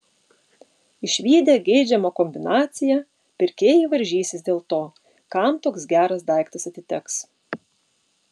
išvydę geidžiamą kombinaciją pirkėjai varžysis dėl to kam toks geras daiktas atiteks